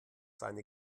seine